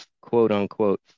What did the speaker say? quote-unquote